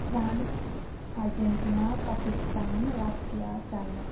France Argentina Pakistan Russia China